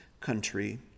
country